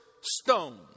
stone